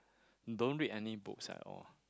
don't read any books at all